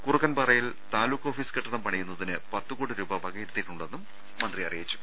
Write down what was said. കുറു ക്കൻപാറയിൽ താലൂക്ക് ഓഫീസ് കെട്ടിടം പണിയുന്നതിന് പത്തുകോടി രൂപ വകയിരുത്തിയിട്ടുണ്ടെന്നും മന്ത്രി അറിയിച്ചു